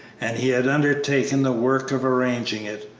and he had undertaken the work of arranging it,